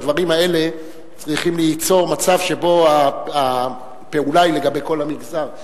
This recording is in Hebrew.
הדברים האלה צריכים ליצור מצב שבו הפעולה היא לגבי כל המגזר,